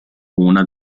una